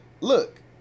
look